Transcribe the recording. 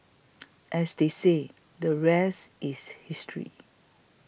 as they say the rest is history